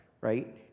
right